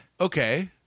Okay